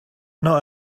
not